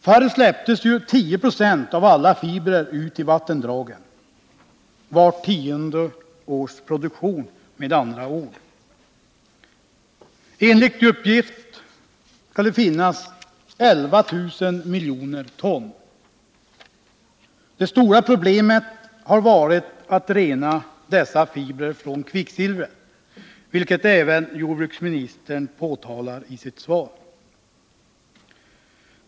Förr släpptes 10 96 av alla fibrer ut i vattendragen — vart tionde års produktion med andra ord. Enligt uppgift skall det finnas 11 000 miljoner ton sådana fibrer. Det stora problemet har varit att rena dessa fibrer från kvicksilver, vilket även jordbruksministern påpekar i sitt svar.